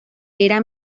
era